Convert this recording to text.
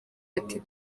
ati